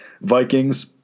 Vikings